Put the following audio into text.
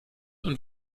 und